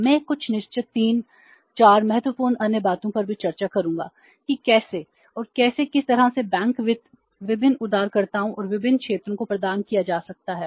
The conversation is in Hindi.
मैं कुछ निश्चित 3 4 महत्वपूर्ण अन्य बातों पर भी चर्चा करूंगा कि कैसे और कैसे और किस तरह से बैंक वित्त विभिन्न उधारकर्ताओं और विभिन्न क्षेत्रों को प्रदान किया जा सकता है